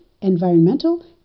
environmental